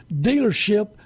dealership